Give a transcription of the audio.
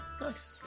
Nice